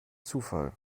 zufall